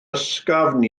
ysgafn